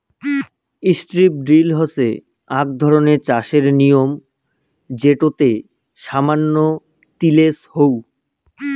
strip drill হসে আক ধরণের চাষের নিয়ম যেটোতে সামান্য তিলেজ হউ